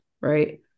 Right